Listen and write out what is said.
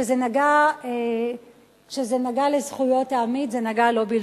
וכשזה נגע בזכויות העמית, זה נגע בו בלבד.